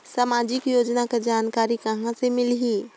समाजिक योजना कर जानकारी कहाँ से मिलही?